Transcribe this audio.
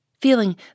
feeling